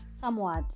somewhat